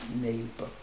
neighbor